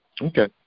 Okay